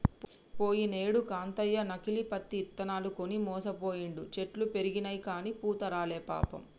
పోయినేడు కాంతయ్య నకిలీ పత్తి ఇత్తనాలు కొని మోసపోయిండు, చెట్లు పెరిగినయిగని పూత రాలే పాపం